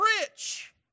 rich